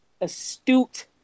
astute